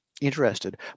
interested